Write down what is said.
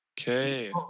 Okay